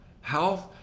health